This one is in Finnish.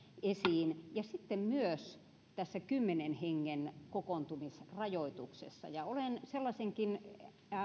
esiin ja myös tässä kymmenen hengen kokoontumisrajoituksessa olen sellaisenkin